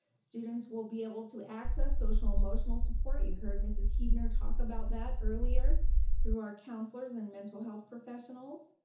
students will be able to access social emotional support. you heard mrs. huebner talk about that earlier through our counselors and mental health professionals.